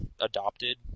adopted